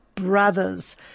brothers